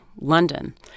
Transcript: London